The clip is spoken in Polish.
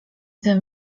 ten